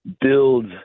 build